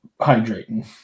hydrating